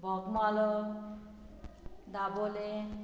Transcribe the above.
Bogmalo Dabolim